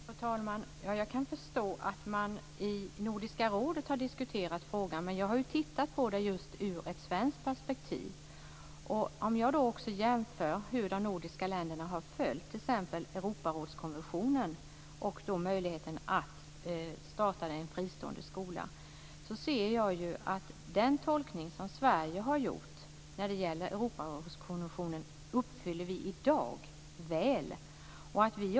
Fru talman! Jag kan förstå att man har diskuterat frågan i Nordiska rådet, men jag har tittat på den ur ett svenskt perspektiv. Om jag jämför hur de nordiska länderna t.ex. har följt Europarådskonventionen om möjligheten att starta en fristående skola, ser jag att vi i dag väl uppfyller den tolkning som Sverige har gjort av Europarådskonventionen.